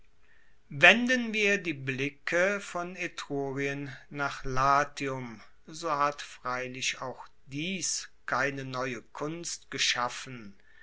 wenden wir die blicke von etrurien nach latium so hat freilich auch dies keine neue kunst geschaffen